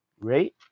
right